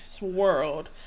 world